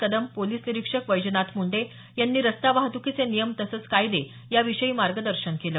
Kadam police निरीक्षक वैजनाथ मुंडे यांनी रस्ता वाहतुकीचे नियम तसंच कायदे याविषयी मार्गदर्शन केलं